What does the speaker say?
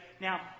Now